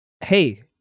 hey